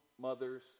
mother's